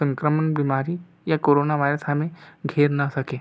संक्रमण बीमारी या कोरोना वायरस हमें घेर न सके